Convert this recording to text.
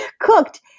cooked